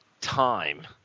time